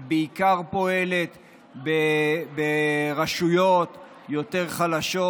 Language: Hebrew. היא בעיקר פועלת ברשויות יותר חלשות,